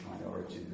minority